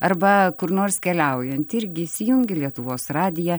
arba kur nors keliaujant irgi įsijungi lietuvos radiją